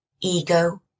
Ego